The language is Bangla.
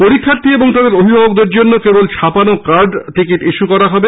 পরীক্ষার্থী এবং তাদের অভিভাবকদের জন্য কেবল ছাপানো কার্ড টিকিট ইস্য করা হবে